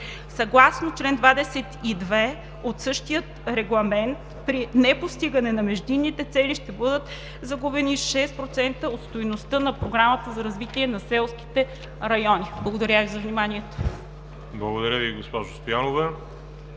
Съгласно чл. 22 от същия Регламент при непостигане на междинните цели ще бъдат загубени 6% от стойността на Програмата за развитие на селските райони. Благодаря Ви за вниманието. ПРЕДСЕДАТЕЛ ВАЛЕРИ ЖАБЛЯНОВ: